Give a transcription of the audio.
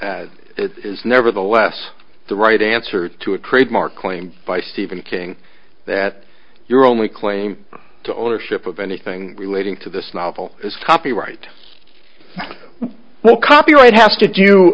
novel it is nevertheless the right answer to a trademark claim by steven king that your only claim to ownership of anything relating to this novel is copyright well copyright has to do